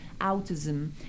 autism